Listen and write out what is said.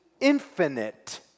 infinite